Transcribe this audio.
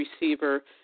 receiver